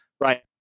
right